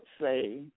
say